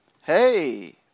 hey